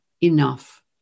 enough